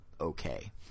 okay